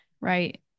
right